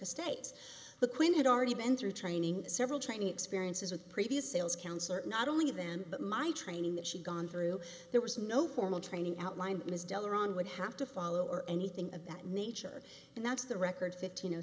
deborah states the queen had already been through training several training experiences with previous sales counselor not only them but my training that she'd gone through there was no formal training outlined his dell or on would have to follow or anything of that nature and that's the record fifteen